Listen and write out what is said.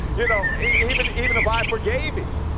you know, even, even if i forgave him,